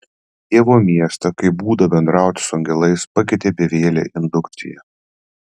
dievo miestą kaip būdą bendrauti su angelais pakeitė bevielė indukcija